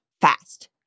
fast